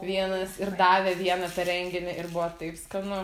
vienas ir davė vieną tą renginį ir buvo taip skanu